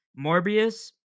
Morbius